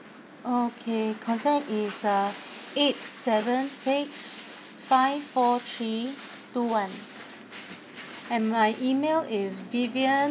contact is uh eight seven six five four three two one and my email is vivian